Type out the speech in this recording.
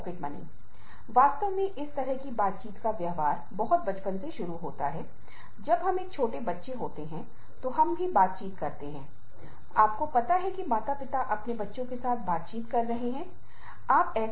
spillover model बोलता है कि एक दूसरे को सकारात्मक या नकारात्मक तरीकों से प्रभावित कर सकता है